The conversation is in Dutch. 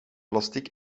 plastic